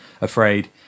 afraid